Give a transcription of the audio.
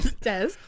des